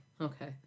Okay